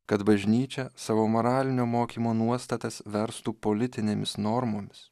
kad bažnyčia savo moralinio mokymo nuostatas verstų politinėmis normomis